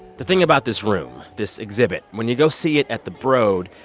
the thing about this room, this exhibit when you go see it at the broad,